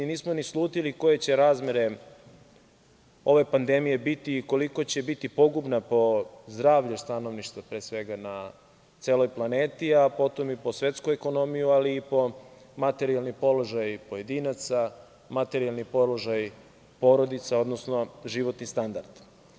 Nismo ni slutili koje će razmere ove pandemije biti i koliko će biti pogubna po zdravlje stanovništva, pre svega, na celoj planeti, a potom i po svetsku ekonomiju, ali i po materijalni položaj pojedinaca, materijalni položaj porodica, odnosno životni standard.